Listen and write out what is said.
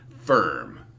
firm